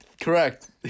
Correct